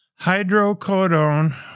hydrocodone